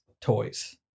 toys